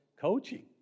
coaching